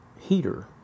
heater